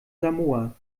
samoa